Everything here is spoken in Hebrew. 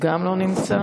גם לא נמצא.